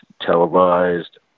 televised